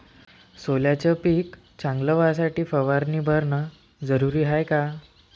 सोल्याचं पिक चांगलं व्हासाठी फवारणी भरनं जरुरी हाये का?